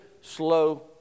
slow